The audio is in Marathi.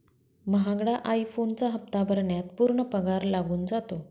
महागडा आई फोनचा हप्ता भरण्यात पूर्ण पगार लागून जातो